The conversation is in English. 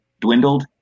dwindled